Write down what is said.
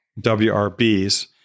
WRBs